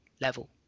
level